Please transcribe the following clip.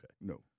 No